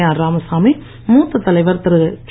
R Ramasamy மூத்த தலைவர் திரு கே